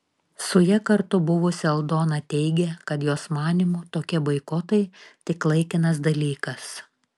su ja kartu buvusi aldona teigė kad jos manymu tokie boikotai tik laikinas dalykas